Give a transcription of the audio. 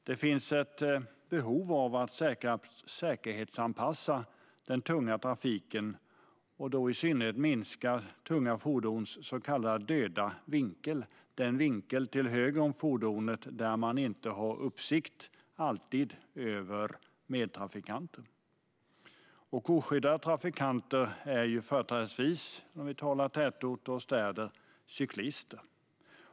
Det finns ett behov av att säkerhetsanpassa den tunga trafiken, i synnerhet av att minska tunga fordons så kallade döda vinkel, alltså den vinkel till höger om fordonet där man inte alltid har uppsikt över medtrafikanten. Oskyddade trafikanter i städer och tätorter är företrädesvis cyklister.